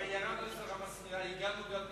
ירדנו לרמה סבירה והגענו גם מעבר.